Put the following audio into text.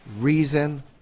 reason